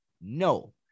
No